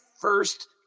first